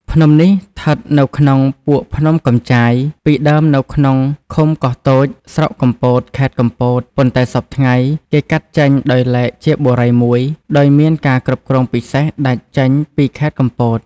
ភ្នំនេះ ឋិតនៅក្នុងពួកភ្នំកំចាយ ពីដើមនៅក្នុងឃុំកោះតូច ស្រុកកំពត ខេត្តកំពត ប៉ុន្តែសព្វថ្ងៃ គេកាត់ចេញដោយឡែកជាបុរីមួយដោយមានការគ្រប់គ្រងពិសេសដាច់ចេញពីខេត្តកំពត ។